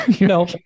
No